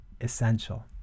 essential